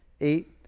eight